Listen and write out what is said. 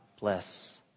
bless